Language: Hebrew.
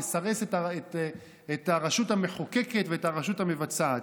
לסרס את הרשות המחוקקת ואת הרשות המבצעת,